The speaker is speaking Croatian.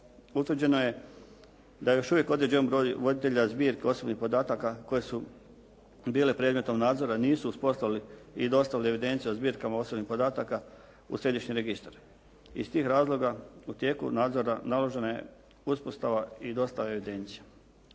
Utvrđeno je da je još uvijek određeni broj voditelja zbirke osobnih podataka koje su bile predmetom nadzora nisu uspostavili i dostavili evidenciju o zbirkama osobnih podataka u središnji registar. Iz tih razloga u tijeku nadzora naložena je uspostava i dostava evidencija.